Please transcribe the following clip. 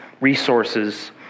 resources